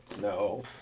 no